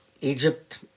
Egypt